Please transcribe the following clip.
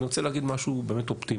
ואני רוצה להגיד משהו באמת אופטימי,